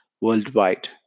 worldwide